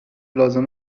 لازم